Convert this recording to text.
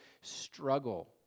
struggle